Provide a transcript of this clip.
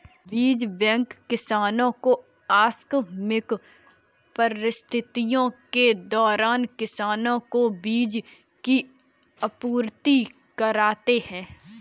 बीज बैंक किसानो को आकस्मिक परिस्थितियों के दौरान किसानो को बीज की आपूर्ति कराते है